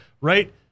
right